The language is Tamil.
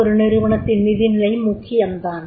ஒரு நிறுவனத்தின் நிதி நிலை முக்கியம் தான்